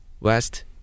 West